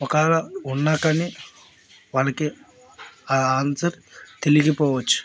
ఒకవేళ ఉన్నా కాని వానికి ఆ ఆన్సర్ తెలియకపోవచ్చు